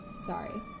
Sorry